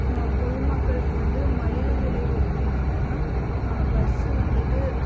பொதுமக்களுக்கு வந்து மலிவு விலை விருப்பம் என்னென்னால் பஸ்ஸு வந்துட்டு